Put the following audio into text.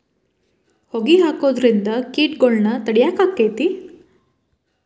ಹೊಗಿ ಹಾಕುದ್ರಿಂದ ಕೇಟಗೊಳ್ನ ತಡಿಯಾಕ ಆಕ್ಕೆತಿ?